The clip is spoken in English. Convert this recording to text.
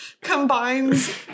combines